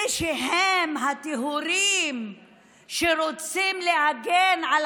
ושהם הטהורים שרוצים להגן על